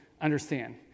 understand